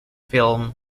film